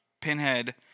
Pinhead